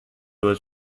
was